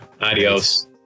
adios